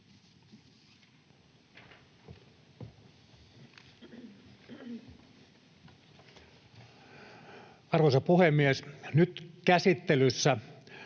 Arvoisa puhemies! Nyt käsittelyssä